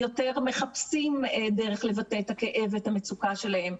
יותר מחפשים דרך לבטא את הכאב ואת המצוקה שלהם.